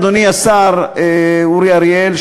אדוני השר אורי אריאל,